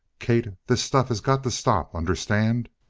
kate, this stuff has got to stop. understand?